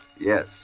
yes